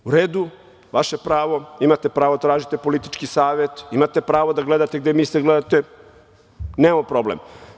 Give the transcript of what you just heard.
U redu, vaše pravo, imate pravo da tražite politički savet, imate pravo da gledate gde mislite da gledate, nemamo problem.